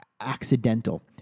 accidental